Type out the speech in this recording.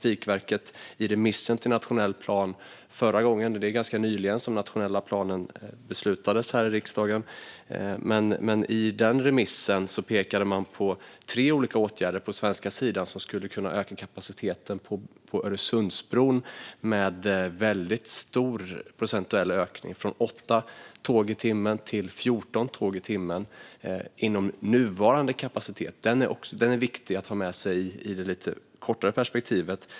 I remissen till nationell plan förra gången - det är ganska nyligen som den nationella planen beslutades här i riksdagen - pekade Trafikverket exempelvis på tre olika åtgärder på den svenska sidan som skulle kunna ge kapaciteten på Öresundsbron en väldigt stor procentuell ökning: från 8 tåg i timmen till 14 tåg i timmen inom nuvarande kapacitet. Det är viktigt att ha med sig i det lite kortare perspektivet.